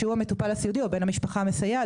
שהוא המטופל הסיעודי או בן המשפחה המסייע,